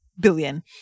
billion